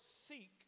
seek